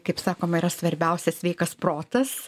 kaip sakoma yra svarbiausia sveikas protas